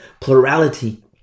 plurality